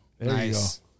Nice